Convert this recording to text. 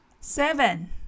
Seven